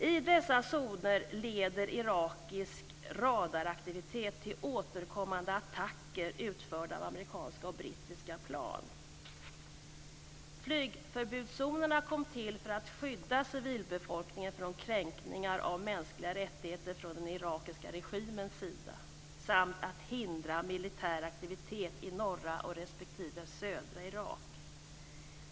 I dessa zoner leder irakisk radaraktivitet till återkommande attacker utförda av amerikanska och brittiska plan. Flygförbudszonerna kom till för att skydda civilbefolkningen från kränkningar av mänskliga rättigheter från den irakiska regimens sida samt för att hindra militär aktivitet i norra respektive södra Irak.